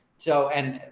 so and,